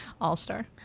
All-Star